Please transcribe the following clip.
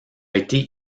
été